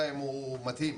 הפוטנציאל שלהם הוא מדהים,